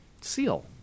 Seal